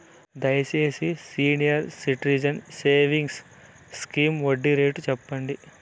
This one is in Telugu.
దయచేసి సీనియర్ సిటిజన్స్ సేవింగ్స్ స్కీమ్ వడ్డీ రేటు సెప్పండి